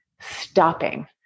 stopping